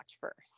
first